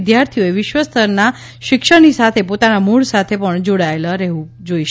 વિદ્યાર્થીઓએ વિશ્વ સ્તરનાં શિક્ષણની સાથે પોતાના મૂળ સાથે પણ જોડાયેલું રહેવું જોઈએ